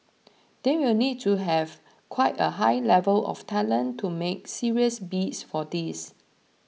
they will need to have quite a high level of talent to make serious bids for these